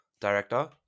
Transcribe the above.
director